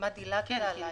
שכמעט דילגת עליי.